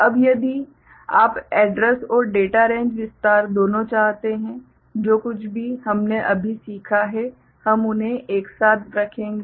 अब यदि आप एड्रैस और डेटा रेंज विस्तार दोनों चाहते हैं जो कुछ भी हमने अभी सीखा है हम उन्हें एक साथ रखेंगे